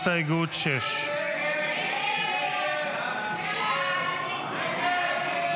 הסתייגות 6 לא נתקבלה.